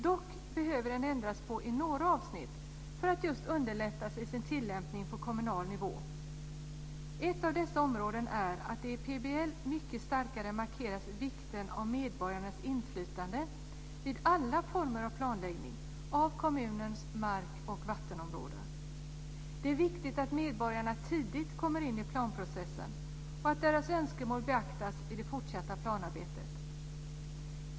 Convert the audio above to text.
Dock behöver den ändras i några avsnitt, just för att underlätta tillämpningen på kommunal nivå. Ett av dessa områden handlar om att i PBL mycket starkare markera vikten av medborgarnas inflytande vid alla former av planläggning av kommunernas mark och vattenområden. Det är viktigt att medborgarna tidigt kommer in i planprocessen och att deras önskemål beaktas i det fortsatta planarbetet.